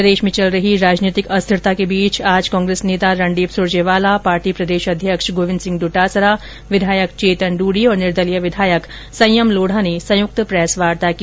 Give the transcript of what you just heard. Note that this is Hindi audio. प्रदेश में चल रही राजनीतिक अस्थिरता के बीच आज कांग्रेस नेता रणदीप सुरजेवाला पार्टी प्रदेश अध्यक्ष गोविंद सिंह डोटासरा विधायक चेतन डूडी और निर्दलीय विधायक संयम लोढ़ा ने संयुक्त प्रेसवार्ता की